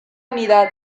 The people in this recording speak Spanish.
unidad